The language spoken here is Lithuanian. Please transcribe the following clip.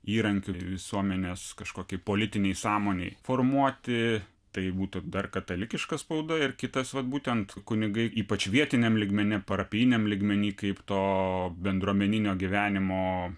įrankių visuomenės kažkokiai politinei sąmonei formuoti tai būtų dar katalikiška spauda ir kitas vat būtent kunigai ypač vietiniam lygmeny parapijiniam lygmenyje kaip to bendruomeninio gyvenimo